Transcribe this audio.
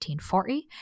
1840